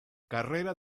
carrera